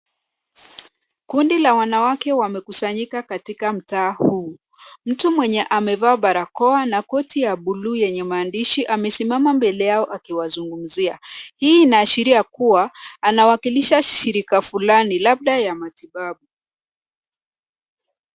Kundi la wanawake wamekusanyika katika mtaa huu. Mtu mwenye amevaa barakoa na koti ya buluu yenye maandishi amesimama mbele yao akiwazungumzia. Hii inaashiria kuwa anawakilisha shirika fulani labda ya matibabu.